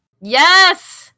Yes